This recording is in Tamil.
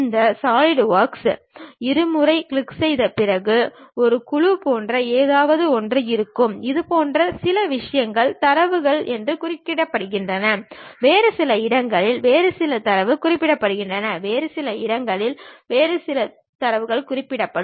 இந்த சாலிட்வொர்க்குகளை இருமுறை கிளிக் செய்த பிறகு ஒரு குழு போன்ற ஏதாவது ஒன்று இருக்கும் இது போன்ற சில விஷயங்கள் தரவு என்று குறிப்பிடுகின்றன வேறு சில இடங்கள் வேறு சில தரவு குறிப்பிடுகின்றன வேறு சில இடங்கள் வேறு சில தரவு குறிப்பிடப்படும்